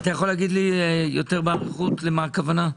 יכול להסביר לי באריכות למה הכוונה?